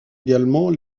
également